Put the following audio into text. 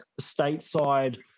stateside